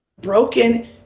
broken